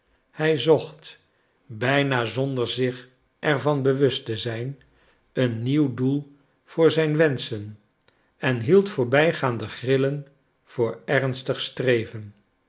hij zocht bijna zonder zich er van bewust te zijn een nieuw doel voor zijn wenschen en hield voorbijgaande grillen voor ernstig streven